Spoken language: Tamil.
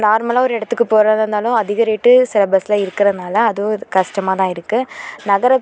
நார்மலாக ஒரு இடத்துக்கு போகிறதா இருந்தாலும் அதிகம் ரேட்டு சில பஸ்ஸில் இருக்குதுறனால அதுவும் ஒரு கஷ்டமாதான் இருக்குது நகர